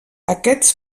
aquests